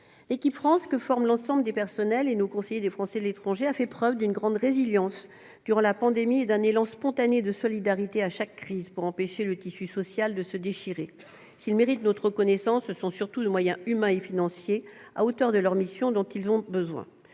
L'« équipe France » que forment l'ensemble des personnels et nos conseillers des Français de l'étranger a fait preuve d'une grande résilience durant la pandémie et d'un élan spontané de solidarité à chaque crise, empêchant le tissu social de se déchirer. S'ils méritent notre reconnaissance, ils ont surtout besoin que les moyens humains et financiers qui leur sont alloués soient